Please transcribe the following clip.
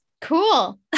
Cool